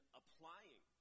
applying